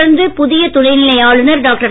தொடர்ந்து புதிய துணைநிலை ஆளுனர் டாக்டர்